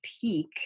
peak-